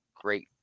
great